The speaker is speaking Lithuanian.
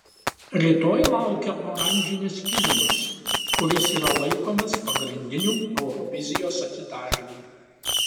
rytoj laukia oranžinis kilimas kuris yra laikomas pagrindiniu eurovizijos atidarymu